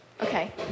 Okay